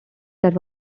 that